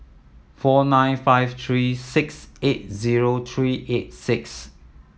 four nine five three six eight zero three eight six